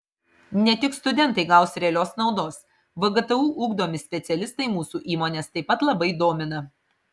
ne tik studentai gaus realios naudos vgtu ugdomi specialistai mūsų įmones taip pat labai domina